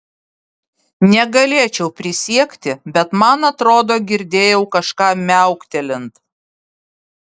negalėčiau prisiekti bet man atrodo girdėjau kažką miauktelint